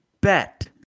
bet